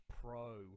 pro